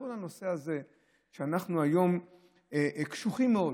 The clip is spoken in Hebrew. בכל הנושא הזה אנחנו היום קשוחים מאוד,